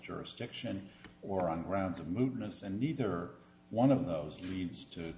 jurisdiction or on grounds of movements and either one of those leads to